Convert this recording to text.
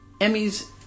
Emmy's